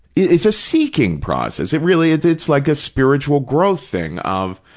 it's a seeking process. it really is. it's like a spiritual growth thing of,